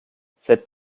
cet